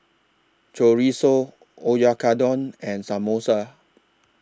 Chorizo Oyakodon and Samosa